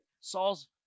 Saul's